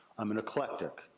i'm an eclectic.